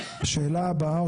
השאלה הבאה,